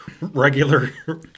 regular